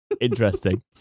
Interesting